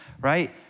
Right